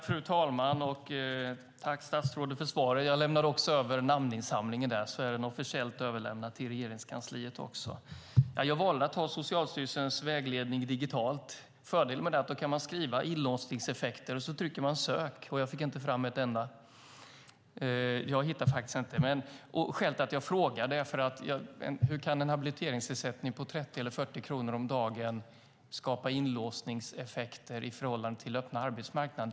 Fru talman! Jag tackar statsrådet för svaret. Jag lämnade nu över namninsamlingen så att den är officiellt överlämnad till Regeringskansliet. Jag valde att ta med Socialstyrelsens vägledning digitalt. Fördelen med det är att man kan skriva "Inlåsningseffekter" och sedan trycka på "Sök". Jag hittade inte ett enda ord om det. Skälet till att jag frågar är att jag undrar hur en habiliteringsersättning på 30 eller 40 kronor om dagen kan skapa inlåsningseffekter i förhållande till den öppna arbetsmarknaden.